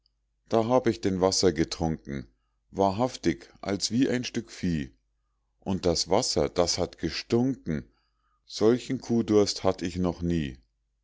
da hab ich denn wasser getrunken wahrhaftig als wie ein stück vieh und das wasser das hat gestunken solchen kuhdurst hatt ich noch nie